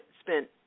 spent